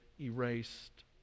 erased